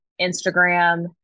Instagram